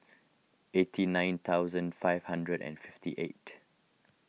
eighty nine thousand five hundred and fifty eight